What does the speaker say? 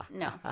No